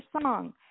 song